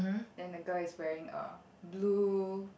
then the girl is wearing a blue